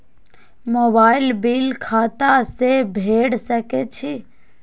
Mobile bill खाता से भेड़ सके छि?